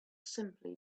simply